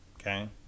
okay